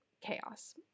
chaos